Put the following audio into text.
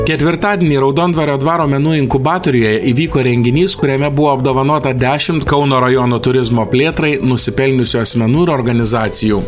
ketvirtadienį raudondvario dvaro menų inkubatoriuje įvyko renginys kuriame buvo apdovanota dešimt kauno rajono turizmo plėtrai nusipelniusių asmenų ir organizacijų